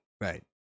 Right